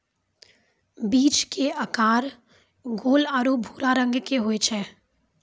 बीज के आकार गोल आरो भूरा रंग के होय छै